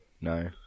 No